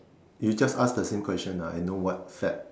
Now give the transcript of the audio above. you just asked the same question ah I know what set